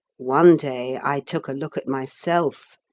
one day i took a look at myself,